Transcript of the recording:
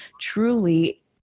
truly